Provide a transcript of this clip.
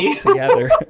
together